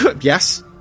Yes